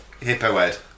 Hippo-head